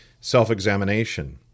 self-examination